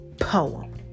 poem